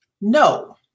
no